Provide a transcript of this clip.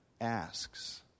asks